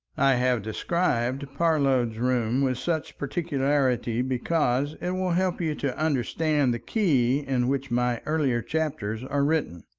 i have described parload's room with such particularity because it will help you to understand the key in which my earlier chapters are written,